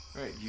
Right